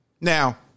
Now